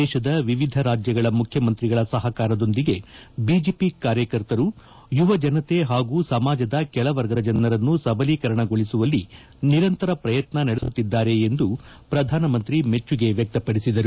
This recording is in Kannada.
ದೇತದ ವಿವಿಧ ರಾಜ್ಲಗಳ ಮುಖ್ಯಮಂತ್ರಿಗಳ ಸಹಕಾರದೊಂದಿಗೆ ಬಿಜೆಪಿ ಕಾರ್ಯಕರ್ತರು ಯುವಜನತೆ ಹಾಗೂ ಸಮಾಜದ ಕೆಳವರ್ಗದ ಜನರನ್ನು ಸಬಲೀಕರಣಗೊಳಿಸುವಲ್ಲಿ ನಿರಂತರ ಪ್ರಯತ್ನ ನಡೆಸುತ್ತಿದ್ದಾರೆ ಎಂದು ಪ್ರಧಾನಮಂತ್ರಿ ಮೆಚ್ಚುಗೆ ವ್ಯಕ್ತಪಡಿಸಿದರು